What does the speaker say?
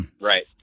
Right